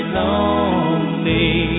lonely